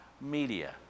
Media